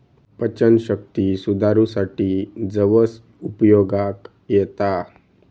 पचनशक्ती सुधारूसाठी जवस उपयोगाक येता